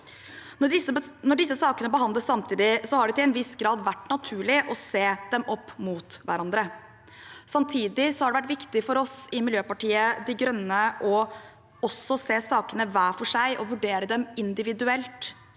Når sakene behandles samtidig, har det til en viss grad vært naturlig å se dem opp mot hverandre. Samtidig har det vært viktig for oss i Miljøpartiet De Grønne også å se sakene hver for seg og vurdere dem individuelt.